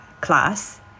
class